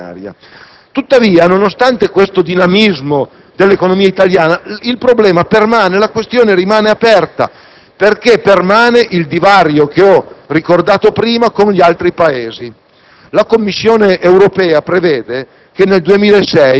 nei lavori di preparazione del Documento di programmazione economico‑finanziaria. Nonostante questo dinamismo dell'economia italiana, la questione rimane aperta, perché permane il divario - che ho ricordato in precedenza - con gli altri Paesi.